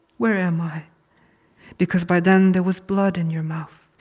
where am i because by then, there was blood in your mouth.